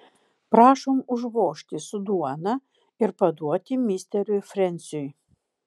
prašom užvožti su duona ir paduoti misteriui frensiui